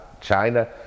China